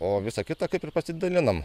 o visa kita kaip ir pasidalinam